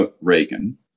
Reagan